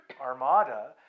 armada